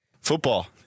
Football